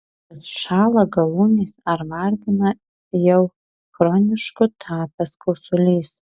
vis šąla galūnės ar vargina jau chronišku tapęs kosulys